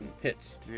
Hits